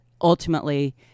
ultimately